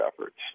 efforts